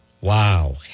Wow